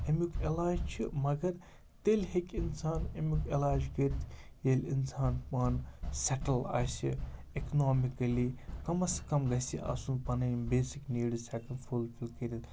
اَمیُک علاج چھِ مَگَر تیٚلہِ ہیٚکہِ اِنسان اَمیُک علاج کٔرِتھ ییٚلہِ اِنسان پانہٕ سٮ۪ٹٕل آسہِ اِکنامِکٔلی کَمَس کَم گژھِ یہِ آسُن پَنٕنۍ بیسِک نیٖڈٕز ہٮ۪کان فُل پھِل کٔرِتھ